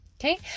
Okay